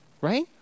Right